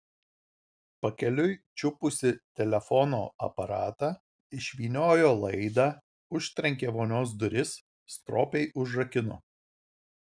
pakeliui čiupusi telefono aparatą išvyniojo laidą užtrenkė vonios duris stropiai užrakino